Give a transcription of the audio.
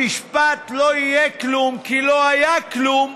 המשפט "לא יהיה כלום כי לא היה כלום"